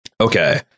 Okay